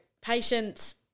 patience